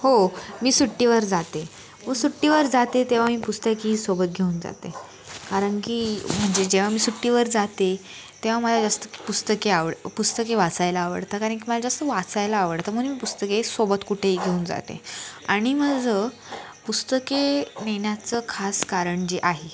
हो मी सुट्टीवर जाते व सुट्टीवर जाते तेव्हा मी पुस्तकेही सोबत घेऊन जाते कारणकी म्हणजे जेव्हा मी सुट्टीवर जाते तेव्हा मला जास्त पुस्तके आवड पुस्तके वाचायला आवडतं कारणकी मला जास्त वाचायला आवडतं म्हणून मी पुस्तके सोबत कुठेही घेऊन जाते आणि माझं पुस्तके नेण्याचं खास कारण जे आहे